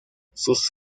sus